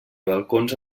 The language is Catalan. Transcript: balcons